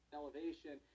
elevation